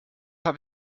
habe